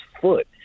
foot